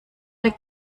der